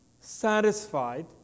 satisfied